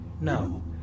no